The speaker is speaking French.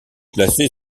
placée